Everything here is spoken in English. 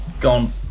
gone